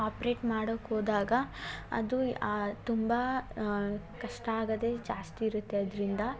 operate ಮಾಡೋಕೆ ಹೋದಾಗ ಅದು ತುಂಬ ಕಷ್ಟ ಆಗದೇ ಜಾಸ್ತಿ ಇರುತ್ತೆ ಅದರಿಂದ